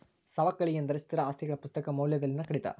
ಸವಕಳಿ ಎಂದರೆ ಸ್ಥಿರ ಆಸ್ತಿಗಳ ಪುಸ್ತಕ ಮೌಲ್ಯದಲ್ಲಿನ ಕಡಿತ